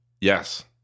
Yes